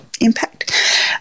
impact